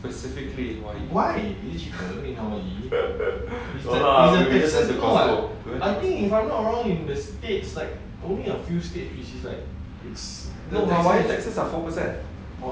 specifically in hawaii no lah hawaii taxes are four percent